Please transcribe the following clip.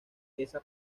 esa